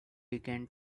began